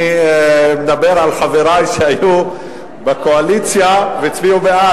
אני מדבר על חברי שהיו בקואליציה והצביעו בעד,